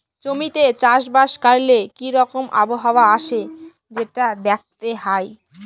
জমিতে চাষ বাস ক্যরলে কি রকম আবহাওয়া আসে সেটা দ্যাখতে হ্যয়